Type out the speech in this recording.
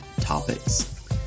topics